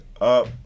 up